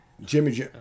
Jimmy